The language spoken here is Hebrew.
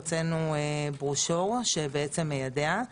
הוצאנו ברושור שמיידע.